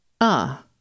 Ah